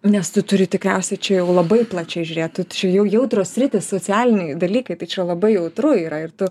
nes tu turi tikriausiai čia jau labai plačiai žiūrėt tu čia jau jautrios sritys socialiniai dalykai tai čia labai jautru yra ir tu